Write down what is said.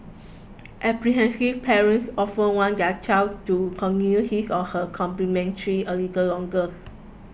apprehensive parents often want their child to continue his or her chemotherapy a little longer